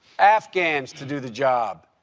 afghans to do the job.